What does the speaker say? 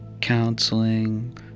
counseling